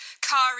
Kari